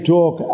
Talk